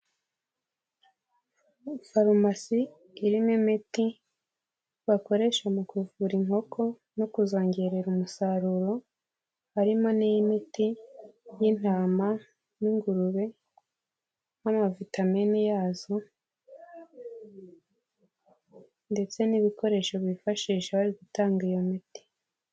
Farumasi irimo imiti bakoresha mu kuvura inkoko no kuzongerera umusaruro, harimo n'imiti y'intama n'ingurube, n'amavitamini yazo ndetse n'ibikoresho bifashisha bari gutanga iyo miti.